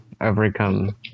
overcome